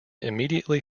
immediately